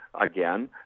again